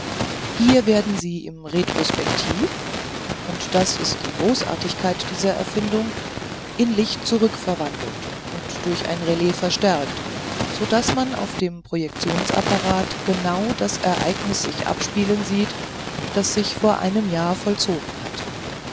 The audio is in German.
hier werden sie im retrospektiv und das ist die großartigkeit dieser erfindung in licht zurückverwandelt und durch ein relais verstärkt so daß man auf dem projektionsapparat genau das ereignis sich abspielen sieht wie es sich vor einem jahr vollzogen hat